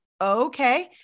okay